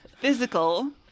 physical